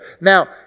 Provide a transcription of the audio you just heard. Now